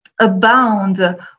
abound